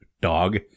Dog